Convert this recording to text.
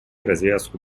развязку